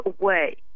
away